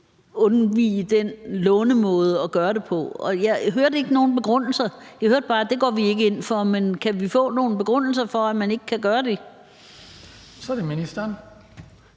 undvige den måde at låne på. Jeg hørte ikke nogen begrundelser. Jeg hørte bare, at det går man ikke ind for. Så kan vi få nogle begrundelse for, at man ikke kan gøre det? Kl. 18:01 Den